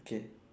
okay